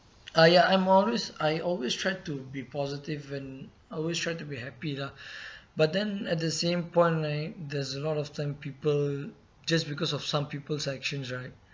ah ya I'm always I always try to be positive and always try to be happy lah but then at the same point right there's a lot of time people just because of some people's actions right